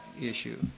issue